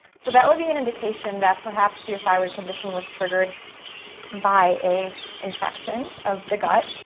so, that would be an indication that perhaps your thyroid condition was triggered by a infection of the gut.